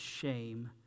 shame